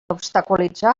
obstaculitzar